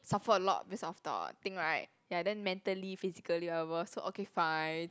suffer a lot based of the thing right ya then mentally physically or whatever so okay fine